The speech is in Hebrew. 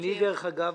דרך אגב,